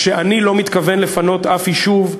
שאני לא מתכוון לפנות אף יישוב,